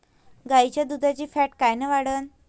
गाईच्या दुधाची फॅट कायन वाढन?